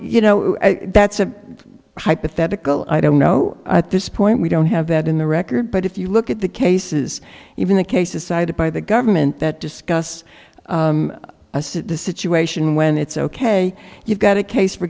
you know that's a hypothetical i don't know at this point we don't have that in the record but if you look at the cases even the cases cited by the government that discuss the situation when it's ok you've got a case for